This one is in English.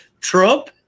Trump